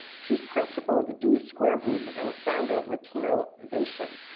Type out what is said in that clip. she's principal of the dewey square group and founder of latinovations.